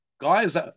Guys